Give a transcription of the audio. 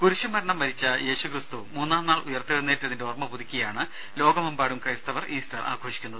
കുരിശുമരണം വരിച്ച യേശുക്രിസ്തു മൂന്നാം നാൾ ഉയർത്തെഴുന്നേറ്റത്തിന്റെ ഓർമ്മ പുതുക്കിയാണ് ലോകമെമ്പാടുമുള്ള ക്രൈസ്തവർ ഈസ്റ്റർ ആഘോഷിക്കുന്നത്